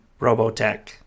robotech